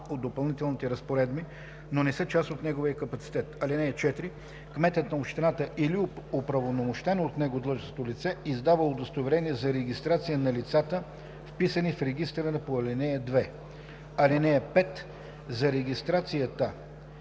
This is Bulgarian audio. от допълнителните разпоредби, но не са част от неговия капацитет. (4) Кметът на общината или оправомощено от него длъжностно лице издава удостоверение за регистрация на лицата, вписани в регистъра по ал. 2. (5) За регистрацията,